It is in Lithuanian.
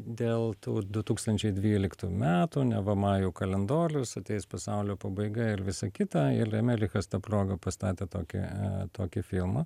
dėl tų du tūkstančiai dvyliktų metų neva majų kalendolius ateis pasaulio pabaiga ir visa kita il emelichas ta proga pastatė tokį e tokį filmą